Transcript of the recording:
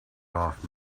off